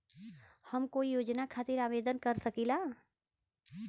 हम कोई योजना खातिर आवेदन कर सकीला?